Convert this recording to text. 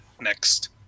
next